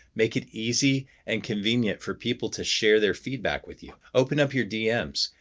make it easy and convenient for people to share their feedback with you. open up your dms,